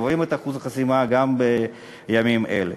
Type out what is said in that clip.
עוברים את אחוז החסימה גם בימים אלה.